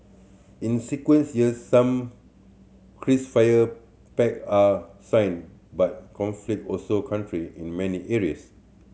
in years some ceasefire pact are signed but conflict also country in many areas